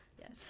yes